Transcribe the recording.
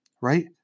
right